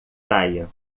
praia